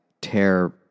tear